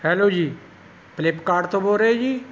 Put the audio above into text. hello ਜੀ Flipkart ਤੋਂ ਬੋਲ ਰਹੇ ਜੀ